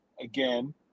again